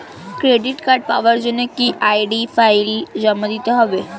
Credit card পাওয়ার জন্য কি আই.ডি ফাইল জমা দিতে হবে?